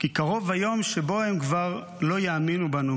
כי קרוב היום שבו הם כבר לא יאמינו בנו.